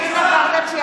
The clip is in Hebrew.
בושה.